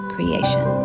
Creation